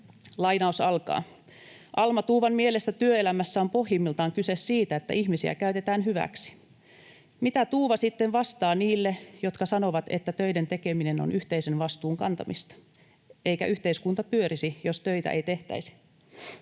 artikkelista: ”Alma Tuuvan mielestä työelämässä on pohjimmiltaan kyse siitä, että ihmisiä käytetään hyväksi. Mitä Tuuva sitten vastaa niille, jotka sanovat, että töiden tekeminen on ’yhteisen vastuun kantamista’, eikä yhteiskunta pyörisi, jos töitä ei tehtäisi?